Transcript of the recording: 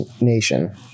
nation